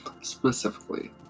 Specifically